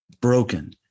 Broken